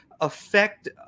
affect